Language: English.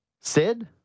Sid